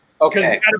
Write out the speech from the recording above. Okay